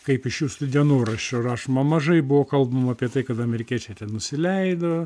kaip iš jūsų dienoraščio rašoma mažai buvo kalbama apie tai kad amerikiečiai ten nusileido